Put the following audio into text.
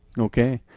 okay,